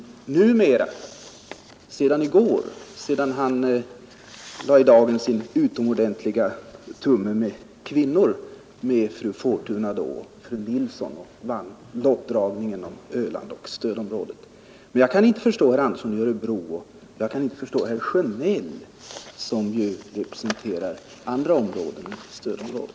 I varje fall att han är det sedan i går då han visade att han hade tumme med kvinnor, med fru Fortuna — fru Nilsson i Sunne — och vann lottdragningen om Ölands inordnande i stödområdet. Men jag kan inte förstå herr Andersson i Örebro, och jag kan inte förstå herr Sjönell som ju representerar andra områden än stödområdet.